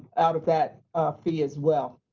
out of that fee as well.